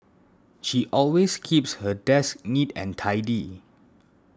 she always keeps her desk neat and tidy